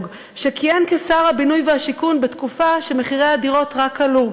שכיהן כשר הבינוי והשיכון בתקופה שמחירי הדירות רק עלו,